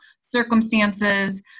circumstances